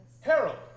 Harold